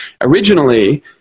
originally